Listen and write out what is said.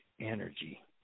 energy